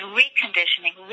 reconditioning